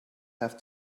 have